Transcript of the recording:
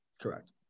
correct